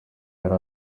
yari